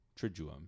Triduum